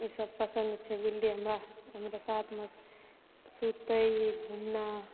ई सभ पसन्द छै बिल्ली हमरा हमरा साथमे सुतैए घूमना